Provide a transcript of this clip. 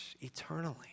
eternally